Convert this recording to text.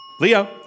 Leo